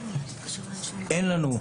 אין לנו,